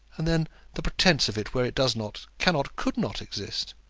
and then the pretence of it where it does not, cannot, could not, exist!